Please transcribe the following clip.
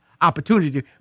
opportunity